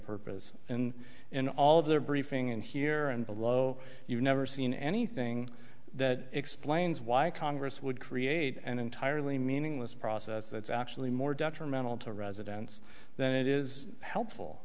purposes in in all their briefing in here and below you've never seen anything that explains why congress would create an entirely meaningless process that's actually more detrimental to residents than it is helpful